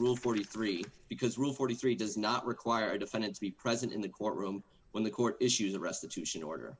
rule forty three because route forty three does not require the defendant to be present in the courtroom when the court issues a restitution order